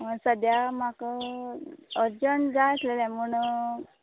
सद्या म्हाका अर्जंट जाय आसलले म्हुणू